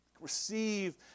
Receive